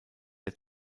der